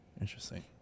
interesting